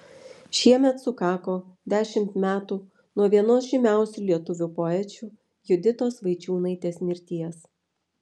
šiemet sukako dešimt metų nuo vienos žymiausių lietuvių poečių juditos vaičiūnaitės mirties